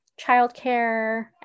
childcare